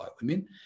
women